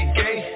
gay